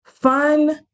Fun